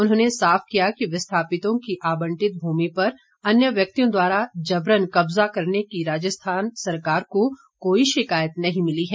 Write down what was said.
उन्होंने साफ किया कि विस्थापितों की आवंटित भूमि पर अन्य व्यक्तियों द्वारा जबरन कब्जा करने की राजस्थान सरकार को कोई शिकायत नहीं मिली है